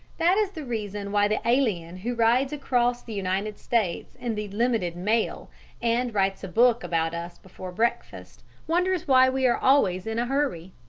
that is the reason why the alien who rides across the united states in the limited mail and writes a book about us before breakfast wonders why we are always in a hurry.